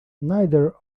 neither